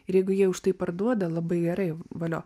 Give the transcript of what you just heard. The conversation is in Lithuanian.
ir jeigu jie už tai parduoda labai gerai valio